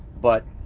but